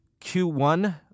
Q1